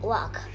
Walk